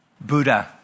Buddha